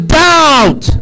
doubt